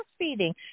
breastfeeding